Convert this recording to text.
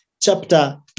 chapter